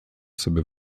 sobie